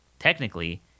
technically